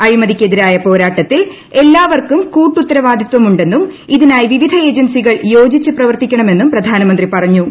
അഴിമതിക്കെതിരായ പോരാട്ടത്തിൽ എല്ലാവർക്കൂറ്റ് ്കൂട്ടുത്തരവാദിത്വം ഉണ്ടെന്നും ഇതിനായി വിവിധ ഏജൻസികൾ യോജിച്ചു പ്രവർത്തിക്കണമെന്നും പ്രധാനമന്ത്രി പറഞ്ഞു